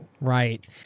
Right